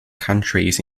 countries